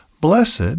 Blessed